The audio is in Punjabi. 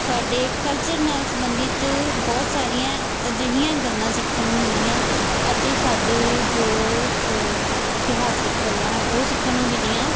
ਸਾਡੇ ਕਲਚਰ ਨਾਲ ਸਬੰਧਿਤ ਬਹੁਤ ਸਾਰੀਆਂ ਅਜਿਹੀਆਂ ਗੱਲਾਂ ਸਿੱਖਣ ਨੂੰ ਮਿਲੀਆਂ ਅਤੇ ਸਾਡੇ ਜੋ ਇਤਿਹਾਸਿਕ ਗੱਲਾਂ ਹਨ ਉਹ ਸਿੱਖਣ ਨੂੰ ਮਿਲੀਆਂ